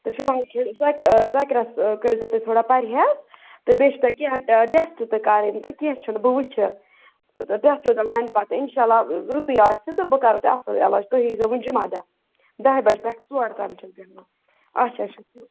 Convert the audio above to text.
تہٕ فِلحال کھےٚ ژۄکیٛا ژۄکرَس کٔرۍزیو تُہۍ تھوڑا پَرِہیز تہٕ بیٚیہِ چھِ تۄہہِ کینٛہہ ٹٮ۪سٹ تہِ کَرٕنۍ تہٕ کیٚنٛہہ چھُنہٕ بہٕ وٕچھِ اِنشاء اللہ رُتُے آسہِ تہٕ بہٕ کَرو تۄہہِ اَصٕل علاج تُہۍ ییٖزیو وُنہِ جمعہ دۄہ دَہہِ بَجہِ پٮ۪ٹھ ژور تام چھِ أسۍ بیٚہوان اچھا اچھا